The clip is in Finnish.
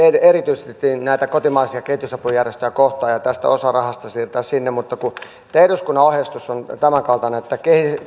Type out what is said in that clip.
erityisesti näitä kotimaisia kehitysapujärjestöjä kohtaan ja osa tästä rahasta siirtää sinne mutta kun tämä eduskunnan ohjeistus on tämänkaltainen että